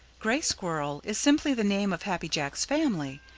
gray squirrel is simply the name of happy jack's family.